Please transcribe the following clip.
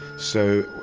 so,